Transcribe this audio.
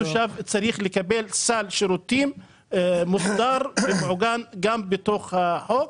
התושב צריך לקבל סל שירותים שמוסדר ומעוגן בתוך החוק.